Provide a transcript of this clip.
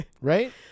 right